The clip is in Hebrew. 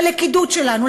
ללכידות שלנו,